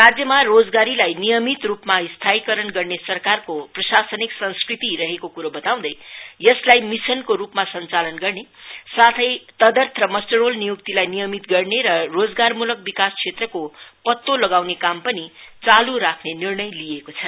राज्यमा रोजगारीलाई नियमित रुपमा स्थायीकरण गर्ने सरकारको प्रशासनिक संस्कृति रहेको कुरो बताउँदै यसलाई मिसनको रुपमा संचलन गर्ने साथै तदर्थ र मस्टर रोल नियुक्तीलाई नियमित गर्ने रोजगारमूलक विकास क्षेत्रको पत्तो लगाउँने काम पनि चालु राश्ने निर्णय लिइएको छ